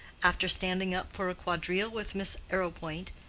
after standing up for a quadrille with miss arrowpoint,